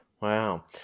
wow